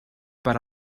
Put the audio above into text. per